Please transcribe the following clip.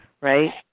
right